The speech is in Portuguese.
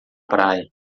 praia